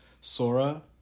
Sora